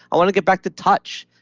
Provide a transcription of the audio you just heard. i want to get back to touch,